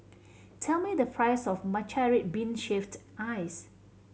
tell me the price of matcha red bean shaved ice